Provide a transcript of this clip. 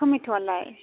टमेट'आलाय